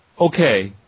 okay